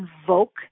invoke